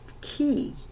key